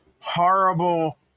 horrible